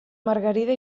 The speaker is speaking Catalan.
margarida